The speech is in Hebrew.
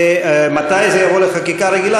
מתי זה יבוא לחקיקה רגילה?